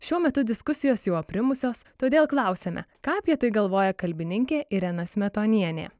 šiuo metu diskusijos jau aprimusios todėl klausiame ką apie tai galvoja kalbininkė irena smetonienė